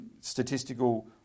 statistical